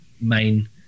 main